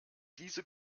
diese